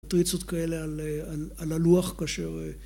מטריצות כאלה על הלוח כאשר...